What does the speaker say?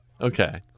Okay